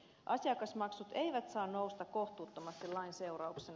asiakasmaksut eivät saa nousta kohtuuttomasti lain seurauksena